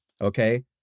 okay